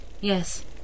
Yes